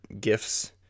gifts